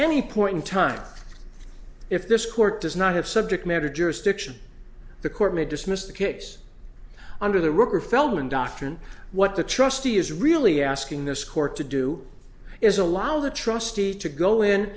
any point in time if this court does not have subject matter jurisdiction the court may dismiss the case under the ripper feldman doctrine what the trustee is really asking this court to do is allow the trustee to go in